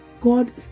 God